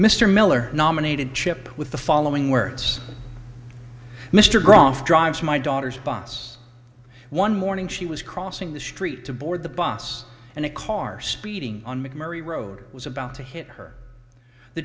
mr miller nominated chip with the following words mr bruff drives my daughter's bus one morning she was crossing the street to board the bus and a car speeding on mcmurry road was about to hit her the